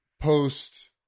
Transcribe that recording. post